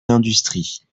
l’industrie